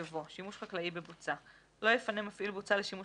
יבוא: "7.שימוש חקלאי בבוצה לא יפנה מפעיל בוצה לשימוש